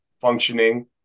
functioning